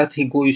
תת-היגוי,